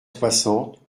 soixante